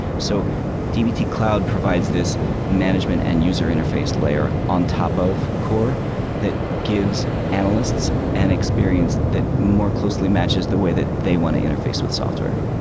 so dbt cloud provides this management and user interface layer on top of core that gives analysts an experience that more closely matches the way that they want to interface with software.